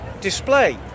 display